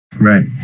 right